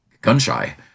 gun-shy